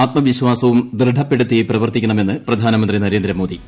ആത്മവിശ്വാസവും ദൃഢപ്പെടുത്തി പ്രവർത്തിക്കണമെന്ന് പ്രധാനമന്ത്രി നരേന്ദ്രമോദി